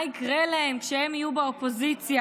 מה יקרה להם כשהם יהיו באופוזיציה,